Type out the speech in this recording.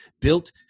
built